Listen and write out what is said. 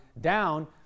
down